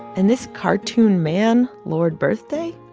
and this cartoon man, lord birthday,